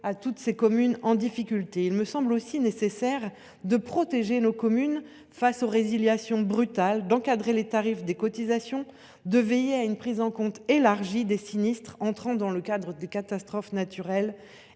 à toutes ces communes en difficulté. De même, il est nécessaire de protéger nos communes face aux résiliations brutales, d’encadrer les tarifs des cotisations et de veiller à une prise en charge élargie des sinistres couverts au titre des catastrophes naturelles.